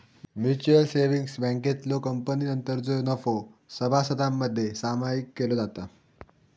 mutual savings बँकेतलो कपातीनंतरचो नफो सभासदांमध्ये सामायिक केलो जाता